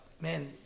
man